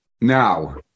Now